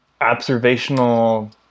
observational